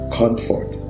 comfort